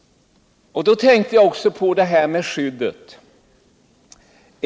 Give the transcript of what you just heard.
Jag tänker också på det här med skydd.